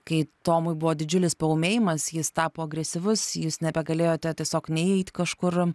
kai tomui buvo didžiulis paūmėjimas jis tapo agresyvus jūs nebegalėjote tiesiog nei eit kažkur